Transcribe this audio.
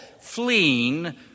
fleeing